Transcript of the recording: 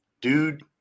dude